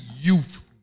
youth